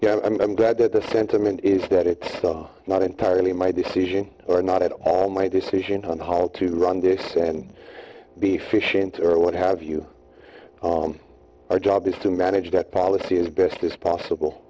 e i'm glad that the sentiment is that it's not entirely my decision or not at all my decision on how to run this and be efficient or what have you our job is to manage that policy as best as possible